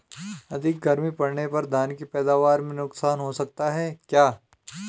अधिक गर्मी पड़ने पर धान की पैदावार में नुकसान हो सकता है क्या?